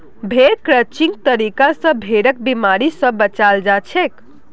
भेड़ क्रचिंग तरीका स भेड़क बिमारी स बचाल जाछेक